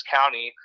County